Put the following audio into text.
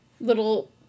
little